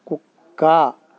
కుక్క